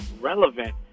relevant